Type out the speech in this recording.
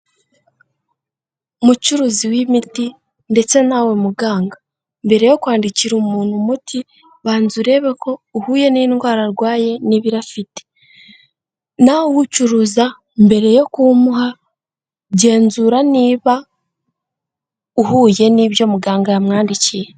Mucuruzi w'imiti ndetse nawe muganga, mbere yo kwandikira umuntu umuti, banza urebe ko uhuye n'indwara arwaye, n'ibiro afite. Nawe uwucuruza mbere yo kuwumuha genzura niba uhuye n'ibyo muganga yamwandikiye.